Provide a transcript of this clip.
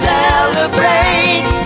Celebrate